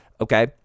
Okay